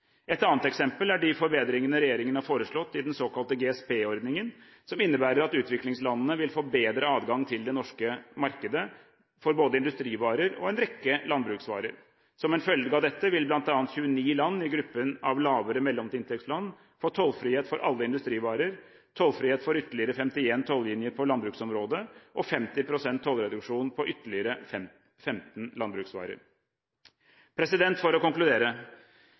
Et annet eksempel er de forbedringene regjeringen har foreslått i den såkalte GSP-ordningen, som innebærer at utviklingslandene vil få bedre adgang til det norske markedet for både industrivarer og en rekke landbruksvarer. Som en følge av dette vil bl.a. 29 land i gruppen av lavere mellominntektsland få tollfrihet for alle industrivarer, tollfrihet for ytterligere 51 tollinjer på landbruksområdet og 50 pst. tollreduksjon på ytterligere 15 landbruksvarer. For å konkludere: